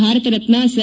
ಭಾರತರತ್ವ sir